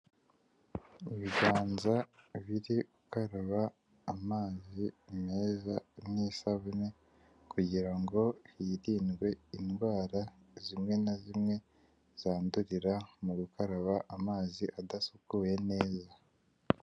Ibiganza biri gukaraba amazi meza n'isabune kugira ngo hirindwe indwara zimwe na zimwe zandurira mu gukaraba amazi adasukuye neza.